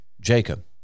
Jacob